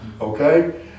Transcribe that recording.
okay